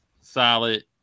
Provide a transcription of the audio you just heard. Solid